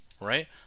right